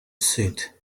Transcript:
said